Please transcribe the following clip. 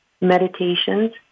meditations